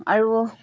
আৰু